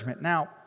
Now